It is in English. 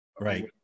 Right